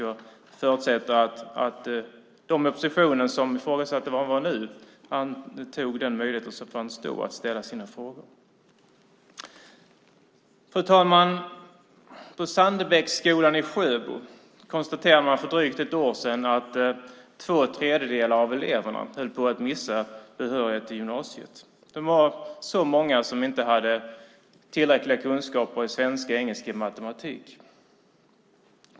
Jag förutsätter att de i oppositionen som frågade var han var nu tog den möjlighet som fanns då att ställa sina frågor. Fru talman! På Sandbäcksskolan i Sjöbo konstaterade man för drygt ett år sedan att två tredjedelar av eleverna höll på att missa behörighet till gymnasiet. Det var så många som inte hade tillräckliga kunskaper i svenska, engelska och matematik.